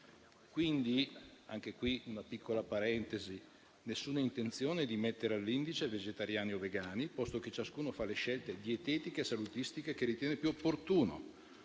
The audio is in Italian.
trasgrediscono. Apro una piccola parentesi. Nessuna intenzione di mettere all'indice vegetariani o vegani, posto che ciascuno fa le scelte dietetiche e salutistiche che ritiene più opportune.